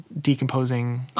decomposing